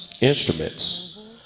instruments